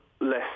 less